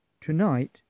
Tonight